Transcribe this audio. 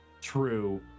True